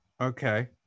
okay